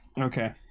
Okay